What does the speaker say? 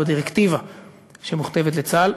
בדירקטיבה שמוכתבת לצה"ל,